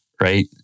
right